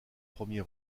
premier